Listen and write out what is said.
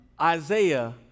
Isaiah